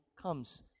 comes